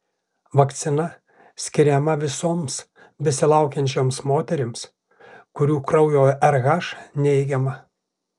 vakcina skiriama visoms besilaukiančioms moterims kurių kraujo rh neigiama